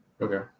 Okay